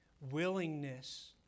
Willingness